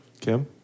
Kim